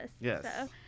Yes